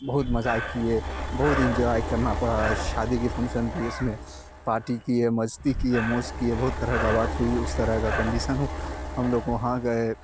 بہت مزہ کیے بہت انجوائے کرنا پڑا شادی کی فنکشن تھی اس میں پارٹی کیے مستی کیے موج کیے بہت طرح کا بات ہوئی اس طرح کا کنڈیشن ہو ہم لوگ وہاں گئے